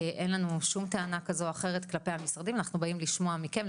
אין לנו שום טענה כזו או אחרת כלפי המשרדים ואנחנו באים לשמוע מכם,